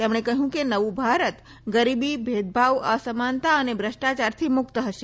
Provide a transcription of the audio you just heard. તેમણે કહ્યું કે નવું ભારત ગરીબી ભેદભાવ અસમાનતા અને ભ્રષ્ટાયારથી મુક્ત હશે